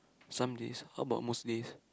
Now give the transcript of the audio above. some days how about most days